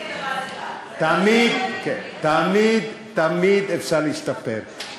תמיד אפשר להשתפר,